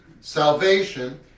salvation